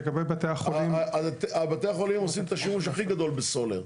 לגבי בתי החולים --- בתי החולים עושים את השימוש הכי גדול בסולר.